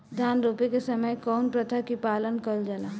धान रोपे के समय कउन प्रथा की पालन कइल जाला?